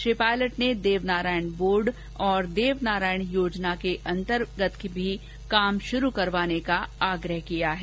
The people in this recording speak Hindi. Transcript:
श्री पायलट ने देवनारायण बोर्ड और देवनारायण योजना के अंतर्गेत भी काम शुरू करवाने का आग्रह किया है